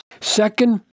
Second